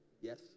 Yes